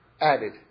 added